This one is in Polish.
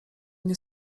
nie